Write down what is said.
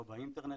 לא באינטרנט,